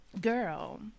girl